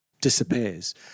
disappears